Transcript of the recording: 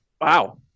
Wow